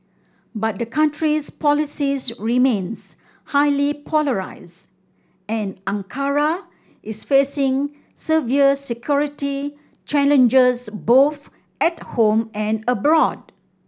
but the country's politics remains highly polarised and Ankara is facing severe security challenges both at home and abroad